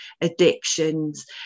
addictions